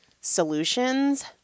solutions